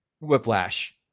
Whiplash